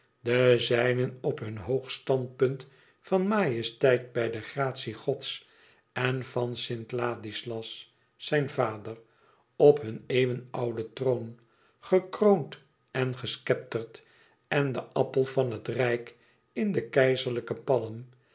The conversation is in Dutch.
de zijnen op hun hoog punt van majesteit bij de gratie gods en van st ladislas zijn vader op hun eeuwenouden troon gekroond en gescepterd en den appel van het rijk in de keizerlijke palm